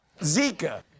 Zika